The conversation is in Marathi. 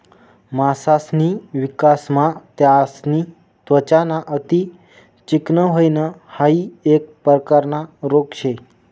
मासासनी विकासमा त्यासनी त्वचा ना अति चिकनं व्हयन हाइ एक प्रकारना रोग शे